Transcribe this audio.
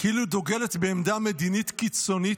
כאילו דוגלת בעמדה מדינית קיצונית,